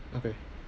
okay